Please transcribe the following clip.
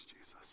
Jesus